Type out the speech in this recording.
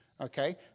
Okay